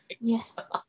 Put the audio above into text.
Yes